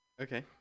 Okay